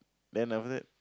then after that